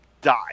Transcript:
die